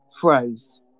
froze